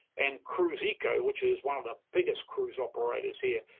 and cruiseco, which is one of the biggest cruise operators here,